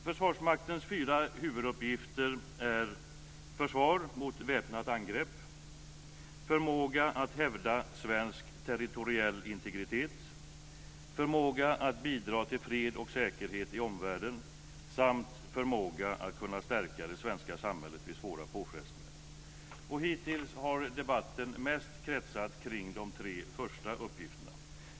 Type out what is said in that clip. Försvarsmaktens fyra huvuduppgifter är: - förmåga att hävda svensk territoriell integritet - förmåga att bidra till fred och säkerhet i omvärlden samt - förmåga att stärka det svenska samhället vid svåra påfrestningar. Hittills har debatten mest kretsat kring de tre första uppgifterna.